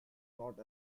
not